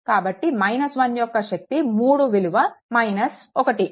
కాబట్టి 1 యొక్క శక్తి 3 విలువ 1